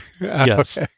Yes